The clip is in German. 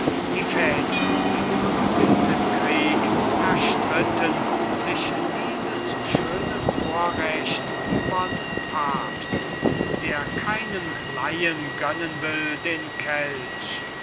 die väter im hussitenkrieg erstritten sich dieses schöne vorrecht übern papst der keinem laien gönnen will den kelch